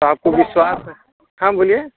तो आपको विश्वास हाँ बोलिए